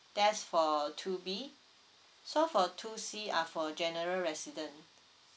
there's for two B so for two C are for general resident